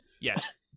yes